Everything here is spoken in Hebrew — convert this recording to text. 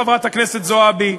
חברת הכנסת זועבי,